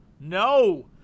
No